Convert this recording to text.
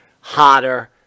hotter